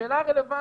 השאלה הרלוונטית,